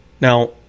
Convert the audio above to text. Now